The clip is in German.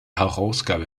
herausgabe